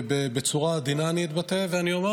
ואני אתבטא בצורה עדינה ואומר: